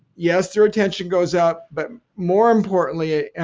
yes their attention goes up but more importantly,